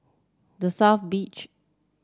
The South Beach